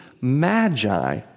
magi